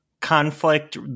conflict